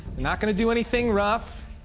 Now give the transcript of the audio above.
not going to do anything rough.